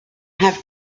have